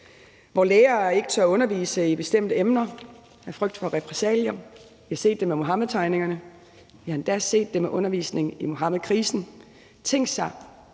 hvor lærere ikke tør undervise i bestemte emner af frygt for repressalier. Vi har set det med Muhammedtegningerne. Vi har endda set det med undervisning i Muhammedkrisen. Tænk,